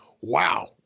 wow